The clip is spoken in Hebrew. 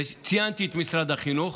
וציינתי את משרד החינוך.